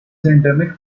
endemic